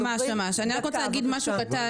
אני רק רוצה להגיד משהו קטן.